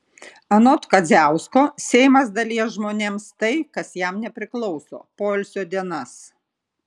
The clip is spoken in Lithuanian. anot kadziausko seimas dalija žmonėms tai kas jam nepriklauso poilsio dienas